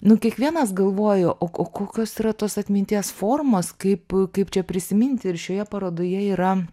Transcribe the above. nu kiekvienas galvoju o o kokios yra tos atminties formos kaip kaip čia prisiminti ir šioje parodoje yra